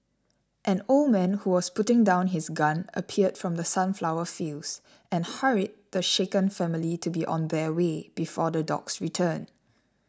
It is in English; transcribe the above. an old man who was putting down his gun appeared from the sunflower fields and hurried the shaken family to be on their way before the dogs return